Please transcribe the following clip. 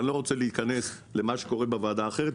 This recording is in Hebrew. אני לא רוצה להיכנס למה שקורה בוועדה אחרת.